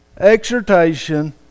exhortation